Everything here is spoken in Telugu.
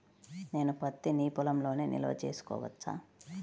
నేను పత్తి నీ పొలంలోనే నిల్వ చేసుకోవచ్చా?